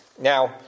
Now